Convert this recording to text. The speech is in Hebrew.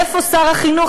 איפה שר החינוך?